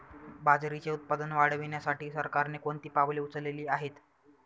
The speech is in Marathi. बाजरीचे उत्पादन वाढविण्यासाठी सरकारने कोणती पावले उचलली आहेत?